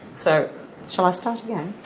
so shall i start again?